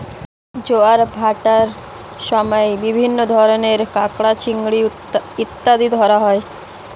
জোয়ার ভাটার সময় বিভিন্ন ধরনের কাঁকড়া, চিংড়ি ইত্যাদি ধরা হয়